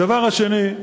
הדבר השני,